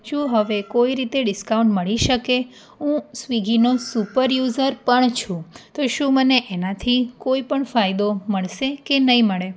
શું હવે કોઈ રીતે ડિસ્કાઉન્ટ મળી શકે હું સ્વીગીનો સુપર યુસર પણ છું તો શું મને એનાથી કોઈપણ ફાયદો મળશે કે નહીં મળે